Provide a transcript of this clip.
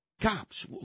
Cops